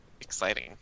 Exciting